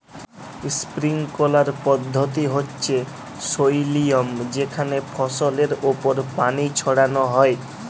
sprinkler পদ্ধতি হচ্যে সই লিয়ম যেখানে ফসলের ওপর পানি ছড়ান হয়